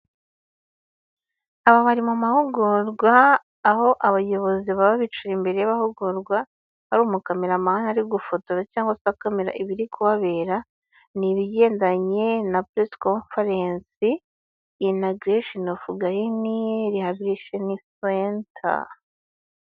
Aba bari mu mahugurwa aho abayobozi baba bicaye imbere y'abahugurwa aho umukameramani ari gufotora cyangwa se ibiri kubabera ni ibigendanye na presco farenens inagreo of gahini rehabishnspoentar.